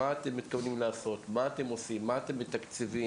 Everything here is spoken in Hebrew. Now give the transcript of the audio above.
מה אתם עושים בזה?